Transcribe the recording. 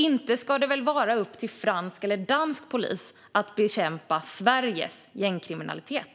Inte ska det väl vara upp till fransk eller dansk polis att bekämpa Sveriges gängkriminalitet?